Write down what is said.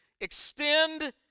extend